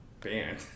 band